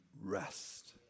rest